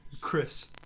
Chris